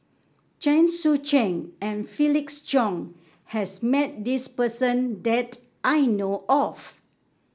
Chen Sucheng and Felix Cheong has met this person that I know of